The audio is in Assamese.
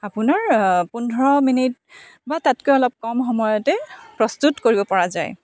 আপোনাৰ পোন্ধৰ মিনিট বা তাতকৈ অলপ কম সময়তে প্ৰস্তুত কৰিব পৰা যায়